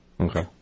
Okay